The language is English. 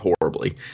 horribly